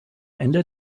ende